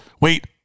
wait